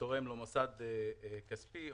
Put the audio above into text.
שתורם למוסד כספי,